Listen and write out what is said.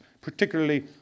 particularly